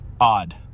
odd